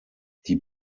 die